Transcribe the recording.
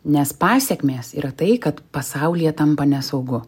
nes pasekmės yra tai kad pasaulyje tampa nesaugu